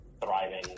thriving